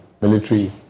military